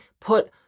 put